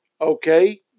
okay